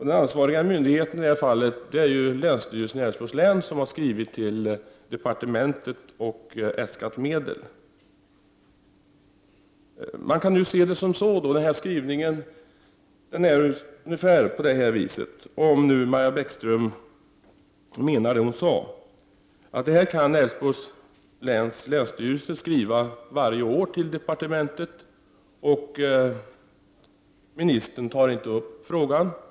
Den ansvariga myndigheten är i det här fallet länsstyrelsen i Älvsborgs län som har skrivit till departementet och äskat medel. Om Maja Bäckström menar det hon sade, kan man uppfatta utskottets skrivning på det sättet att Älvsborgs läns länsstyrelse kan skriva samma sak till departementet varje år, men ministern behöver inte ta upp frågan.